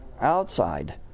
Outside